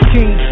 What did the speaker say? King